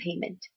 payment